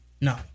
No